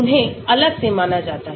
उन्हें अलग से माना जाता है